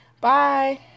Bye